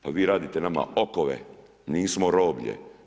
Pa vi radite nama okove, nismo roblje.